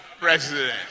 president